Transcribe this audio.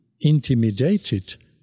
intimidated